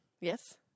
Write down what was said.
Yes